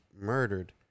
murdered